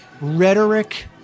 rhetoric